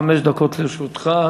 חמש דקות לרשותך.